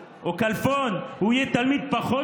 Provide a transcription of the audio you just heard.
אני יודע שאתה כועס,